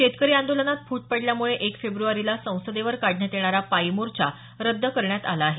शेतकरी आंदोलनात फूट पडल्यामुळे एक फेब्रुवारीला संसदेवर काढण्यात येणारा पायी मोर्चा रद्द करण्यात आला आहे